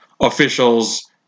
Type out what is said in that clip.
officials